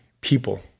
people